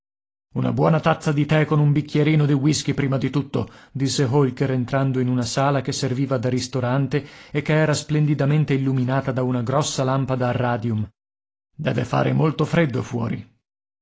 di tè con un bicchierino di whisky prima di tutto disse holker entrando in una sala che serviva da ristorante e che era splendidamente illuminata da una grossa lampada a radium deve fare molto freddo fuori